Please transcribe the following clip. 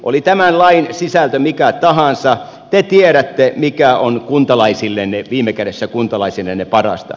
oli tämän lain sisältö mikä tahansa te tiedätte mikä on viime kädessä kuntalaisillenne parasta